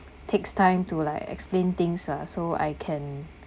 takes time to like explain things lah so I can